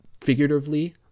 figuratively